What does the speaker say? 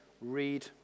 read